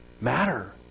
Matter